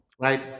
right